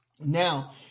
Now